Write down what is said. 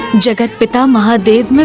your good but um ah deeds.